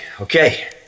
Okay